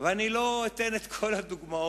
ואני לא אתן את כל הדוגמאות,